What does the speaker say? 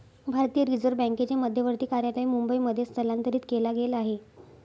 भारतीय रिझर्व बँकेचे मध्यवर्ती कार्यालय मुंबई मध्ये स्थलांतरित केला गेल आहे